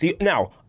Now